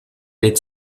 est